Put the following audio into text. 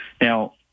Now